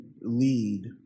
lead